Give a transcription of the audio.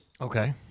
okay